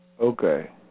Okay